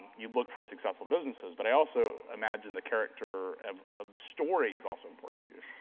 you look for successful businesses, but i also imagine the character of the story is also important to you.